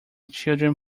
children